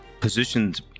positioned